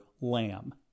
lamb